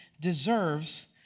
deserves